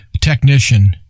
technician